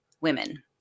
women